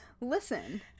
listen